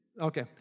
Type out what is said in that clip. Okay